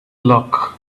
luck